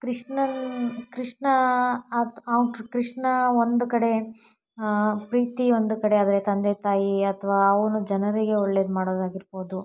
ಕೃಷ್ಣನ ಕೃಷ್ಣ ಕೃಷ್ಣ ಒಂದು ಕಡೆ ಪ್ರೀತಿ ಒಂದು ಕಡೆ ಆದರೆ ತಂದೆ ತಾಯಿ ಅಥವಾ ಅವನು ಜನರಿಗೆ ಒಳ್ಳೇದು ಮಾಡೋದಾಗಿರ್ಬೋದು